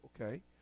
okay